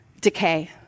decay